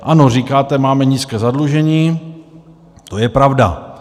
Ano, říkáte, máme nízké zadlužení, to je pravda.